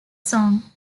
song